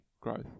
growth